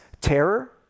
terror